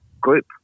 group